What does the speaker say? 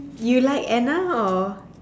you like Anna or